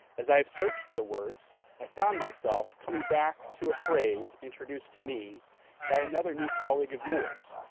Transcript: as i have searched for the words, i found myself coming back to a phrase introduced to me by another new colleague of yours,